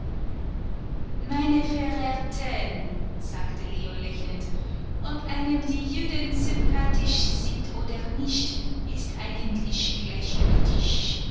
meine verehrten sagte leo lächelnd ob einem die juden sympathisch sind oder nicht ist eigentlich gleichgültig